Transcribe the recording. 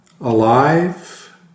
alive